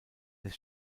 des